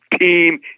Team